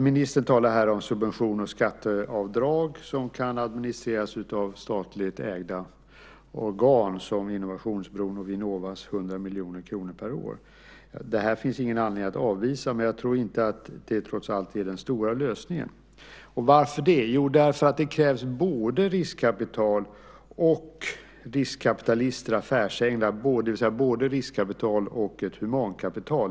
Ministern talar här om subventioner och skatteavdrag som kan administreras av statligt ägda organ som Innovationsbron och Vinnovas 100 miljoner kronor per år. Det finns ingen anledning att avvisa det. Men jag tror inte att det trots allt är den stora lösningen. Varför det? Jo, därför att krävs både riskkapital och riskkapitalister, affärsänglar, det vill säga både riskkapital och ett humankapital.